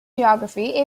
geography